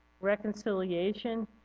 reconciliation